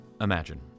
imagine